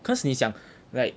cause 你想 like